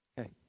Okay